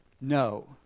no